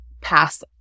pass